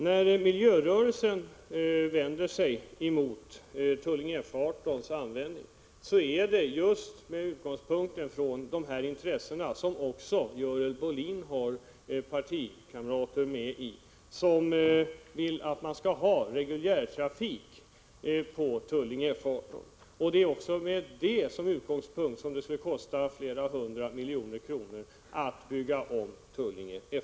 När miljörörelsen vänder sig mot användningen av F 18 i Tullinge, gör man det med utgångspunkt i just de intressen, där partikamrater till Görel Bolin återfinns, som vill ha reguljärtrafik på flygplatsen. Det är också för detta ändamål som det skulle kosta flera hundra miljoner kronor att bygga om F 18 i Tullinge.